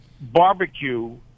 barbecue